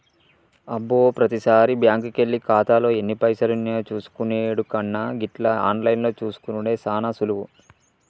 అబ్బో ప్రతిసారి బ్యాంకుకెళ్లి ఖాతాలో ఎన్ని పైసలున్నాయో చూసుకునెడు కన్నా గిట్ల ఆన్లైన్లో చూసుకునెడు సాన సులువు